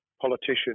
politician